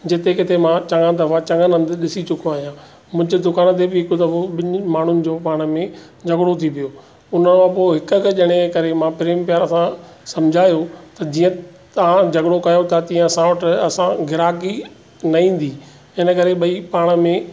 जिते किते मां चङा दफ़ा चङनि हंधु ॾिसी चुको आहियां मुंहिंजे दुकान ते बि हिकु दफ़ो ॿिनि माण्हुनि जो पाण में झगड़ो थी पियो हुनखां पोइ हिकु हिकु ॼणे करे मां प्रेम प्यार सां सम्झायो त जीअं तव्हां झगड़ो कयो था तीअं असां वठी असां ग्राहकी न ईंदी हिन करे ॿई पाण में